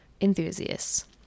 enthusiasts